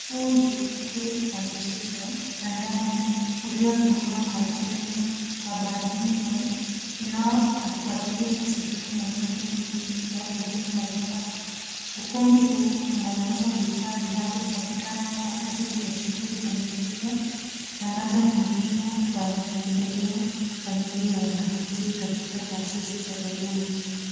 Huu ni ukumbi wa michezo ya ndani uliotumiwa kwa mchezo wa badminton unaowakilisha sehemu ya miundombinu ya elimu na vifaa. Ukumbi huu unaonyesha vifaa vinavyopatikana kwa ajili ya shughuli za michezo ambazo ni muhimu kwa maendeleo kamili ya wanafunzi katika taasisi za elimu.